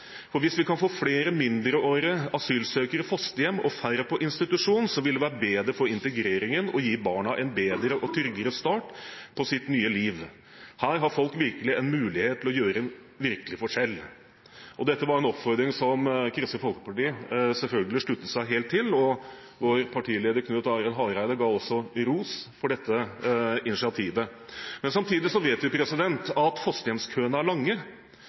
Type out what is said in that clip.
Hvis vi kan få flere mindreårige asylsøkere i fosterhjem og færre på institusjon, vil det være bedre for integreringen og gi barna en bedre og tryggere start på sitt nye liv. Her har folk virkelig en mulighet til å gjøre en viktig forskjell.» Dette var en oppfordring som Kristelig Folkeparti selvfølgelig sluttet seg helt til, og vår partileder Knut Arild Hareide ga også ros for dette initiativet. Men samtidig vet vi at fosterhjemskøene er